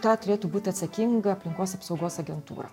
tą turėtų būti atsakinga aplinkos apsaugos agentūra